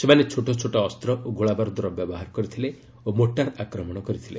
ସେମାନେ ଛୋଟଛୋଟ ଅସ୍ତ୍ର ଓ ଗୋଳାବାରୁଦର ବ୍ୟବହାର କରିଥିଲେ ଓ ମୋର୍ଟାର ଆକ୍ରମଣ କରିଥିଲେ